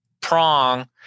prong